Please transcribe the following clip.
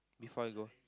before I go